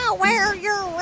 ah wear your